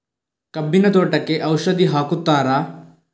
ಕಬ್ಬಿನ ತೋಟಕ್ಕೆ ಔಷಧಿ ಹಾಕುತ್ತಾರಾ?